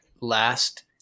last